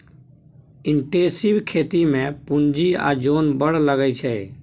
intensive खेती मे पुंजी आ जोन बड़ लगै छै